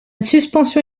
suspension